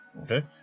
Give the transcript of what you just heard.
Okay